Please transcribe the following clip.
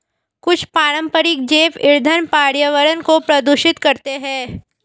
कुछ पारंपरिक जैव ईंधन पर्यावरण को प्रदूषित करते हैं